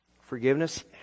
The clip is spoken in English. Forgiveness